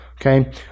okay